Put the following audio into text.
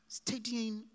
studying